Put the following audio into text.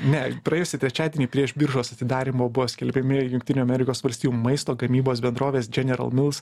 ne praėjusį trečiadienį prieš biržos atidarymo buvo skelbiami jungtinių amerikos valstijų maisto gamybos bendrovės general mills